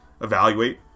evaluate